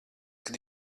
kad